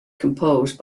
composed